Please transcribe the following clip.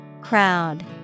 Crowd